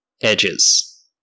edges